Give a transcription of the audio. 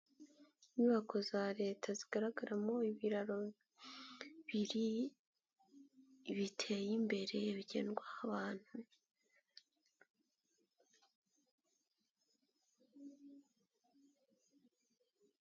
Inyubako za leta zigaragaramo ibiraro biri biteye imbere bigendwaho abantu.